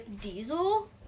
diesel